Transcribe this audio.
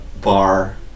bar